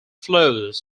flows